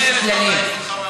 יש כללים.